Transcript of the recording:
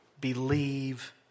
believe